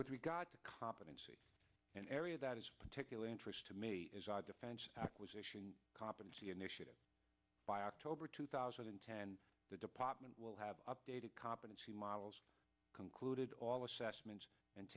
with regard to competency an area that is particular interest to me is a defense acquisition competency initiative by october two thousand and ten the department will have updated competency models concluded all assessments and